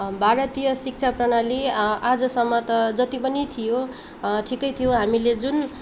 भारतीय शिक्षा प्रणाली आजसम्म त जति पनि थियो ठिकै थियो हामीले जुन